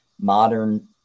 modern